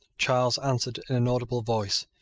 charles answered in an audible voice,